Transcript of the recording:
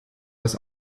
das